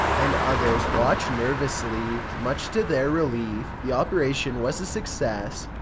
and others watched nervously. much to their relief, the operation was a success.